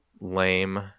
lame